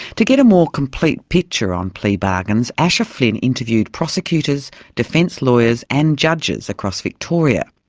to get a more complete picture on plea bargains, asher flynn interviewed prosecutors, defence lawyers and judges across victoria,